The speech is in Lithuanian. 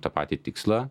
tą patį tikslą